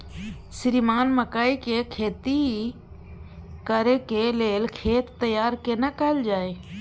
श्रीमान मकई के खेती कॉर के लेल खेत तैयार केना कैल जाए?